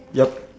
yup